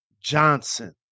Johnson